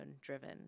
driven